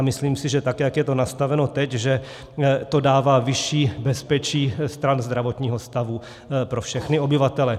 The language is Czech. A myslím si, že tak, jak je to nastaveno teď, to dává vyšší bezpečí stran zdravotního stavu pro všechny obyvatele.